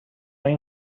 این